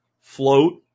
Float